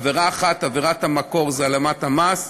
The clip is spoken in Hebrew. עבירה אחת, עבירת המקור, היא העלמת המס,